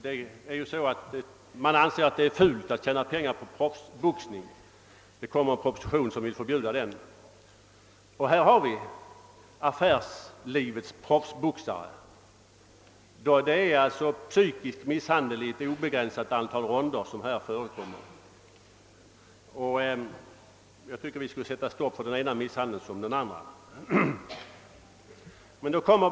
Det anses ju att det är fult att tjäna pengar på proffsboxning, och det kommer en proposition om förbud mot sådan. Här har vi nu affärslivets proffsboxare. Det är psykisk misshandel i ett obegränsat antal ronder som förekommer i detta sammanhang. Jag tycker att vi borde sätta stopp för den ena misshandeln lika väl som för den andra.